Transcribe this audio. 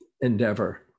endeavor